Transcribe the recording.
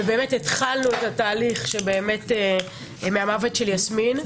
והתחלנו את התהליך מהמוות של יסמין,